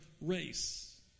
race